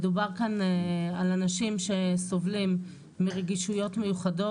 מדובר כאן על אנשים שסובלים מרגישויות מיוחדות